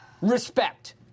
respect